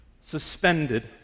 suspended